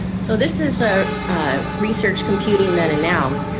so this is a research computing then and now.